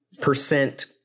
percent